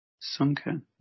Sunken